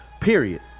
Period